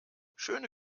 schöne